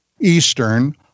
Eastern